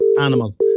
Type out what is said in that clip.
animal